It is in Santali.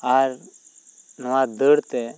ᱟᱨ ᱱᱚᱣᱟ ᱫᱟᱹᱲ ᱛᱮ